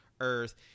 earth